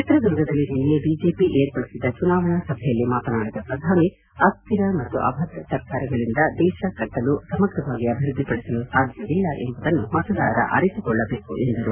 ಚಿತ್ರದುರ್ಗದಲ್ಲಿ ನಿನ್ನೆ ಬಿಜೆಪಿ ಏರ್ಪಡಿಸಿದ್ದ ಚುನಾವಣಾ ಸಭೆಯಲ್ಲಿ ಮಾತನಾಡಿದ ಪ್ರಧಾನಿ ಅಸ್ಹಿರ ಮತ್ತು ಅಭದ್ರ ಸರ್ಕಾರಗಳಿಂದ ದೇಶ ಕಟ್ಟಲು ಸಮಗ್ರವಾಗಿ ಅಭಿವೃದ್ದಿಪಡಿಸಲು ಸಾಧ್ಯವಿಲ್ಲ ಎಂಬುದನ್ನು ಮತದಾರ ಅರಿತುಕೊಳ್ಟಬೇಕು ಎಂದರು